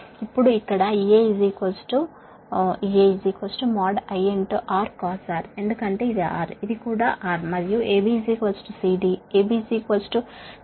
ఇప్పుడు ఇక్కడ EA EA | I | R cos R ఎందుకంటే ఇది R ఇది కూడా R మరియు AB CD AB CD IX sinR